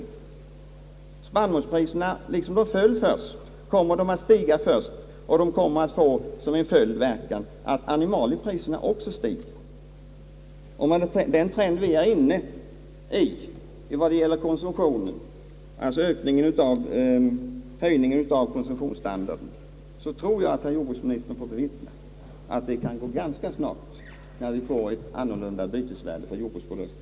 Medan spannmålspriserna då föll först, steg de nu först, och det kommer att få till följd att animaliepriserna också stiger. Vi är inne i en trend med stark höjning av konsum tionsstandarden, och jag tror att jordbruksministern ganska snart får bevittna att det blir ett annat bytesvärde för jordbruksprodukterna.